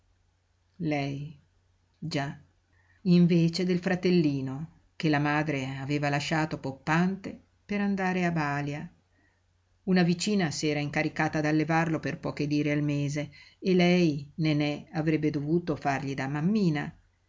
lei già invece del fratellino che la madre aveva lasciato poppante per andare a bàlia una vicina s'era incaricata d'allevarlo per poche lire al mese e lei nenè avrebbe dovuto fargli da mammina